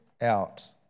out